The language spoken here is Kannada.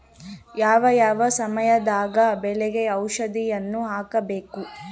ಯಾವ ಯಾವ ಸಮಯದಾಗ ಬೆಳೆಗೆ ಔಷಧಿಯನ್ನು ಹಾಕ್ತಿರಬೇಕು?